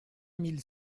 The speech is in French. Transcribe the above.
mille